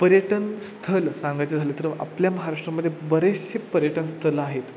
पर्यटन स्थळ सांगायचे झालं तर आपल्या महाराष्ट्रामध्ये बरेचशे पर्यटन स्थळ आहेत